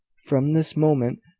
from this moment,